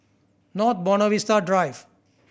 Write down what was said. North Buona Vista Drive